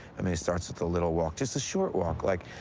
i mean, it starts with a little walk. just a short walk, like.